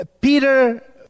Peter